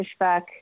pushback